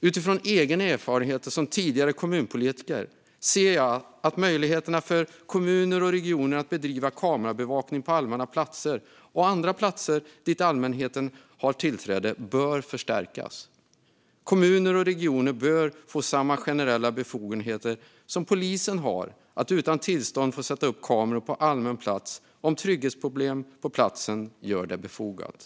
Utifrån egen erfarenhet som tidigare kommunpolitiker anser jag att möjligheterna för kommuner och regioner att bedriva kamerabevakning på allmänna platser och andra platser dit allmänheten har tillträde bör förstärkas. Kommuner och regioner bör få samma generella befogenheter som polisen har att utan tillstånd sätta upp kameror på allmän plats, om trygghetsproblem på platsen gör detta befogat.